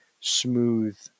smooth